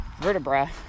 vertebra